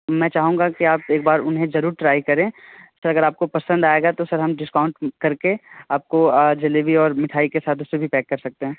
मैं चाहूँगा कि आप एकबार उन्हें ज़रूर एक ट्राइ करें तो अगर आपको पसंद आएगा सर तो हम डिस्काउंट करके आपको जलेबी और मिठाई के साथ उसे भी पैक कर सकते हैं